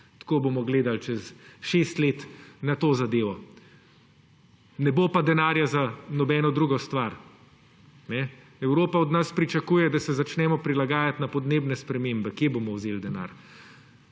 Tako bomo gledali čez šest let na to zadevo. Ne bo pa denarja za nobeno drugo stvar. Evropa od nas pričakuje, da se začnemo prilagajati na podnebnem spremembe. Kje bomo vzeli denar?